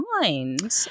mind